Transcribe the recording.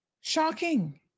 Shocking